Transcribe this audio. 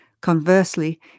Conversely